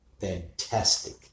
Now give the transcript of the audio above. Fantastic